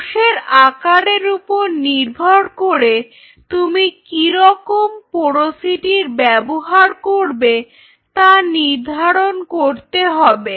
কোষের আকারের উপর নির্ভর করে তুমি কিরকম পোরোসিটির ব্যবহার করবে তা নির্ধারণ করতে হবে